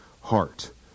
heart